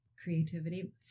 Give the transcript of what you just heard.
creativity